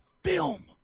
film